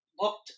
looked